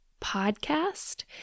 podcast